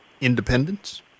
independence